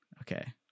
okay